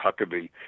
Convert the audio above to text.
Huckabee